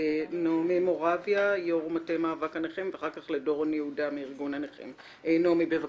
תודה